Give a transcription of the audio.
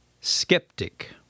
Skeptic